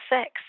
sex